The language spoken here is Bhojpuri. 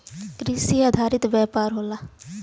कृषि आधारित व्यापार होला